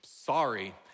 sorry